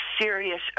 serious